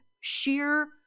sheer